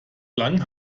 lang